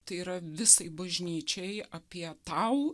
tai yra visai bažnyčiai apie tau